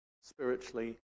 spiritually